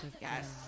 yes